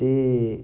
ते